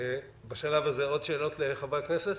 בשלב הזה, עוד שאלות לחברי הכנסת?